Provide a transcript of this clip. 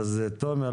אז תומר,